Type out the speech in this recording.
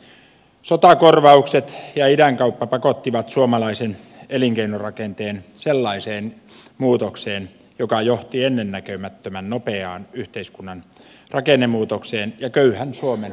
sotakorvaukset ja idänkauppa pakottivat suomalaisen elinkeinorakenteen sellaiseen muutokseen joka johti ennennäkemättömän nopeaan yhteiskunnan rakennemuutokseen ja köyhän suomen vaurastumiseen